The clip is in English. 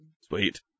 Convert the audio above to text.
Sweet